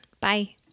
Bye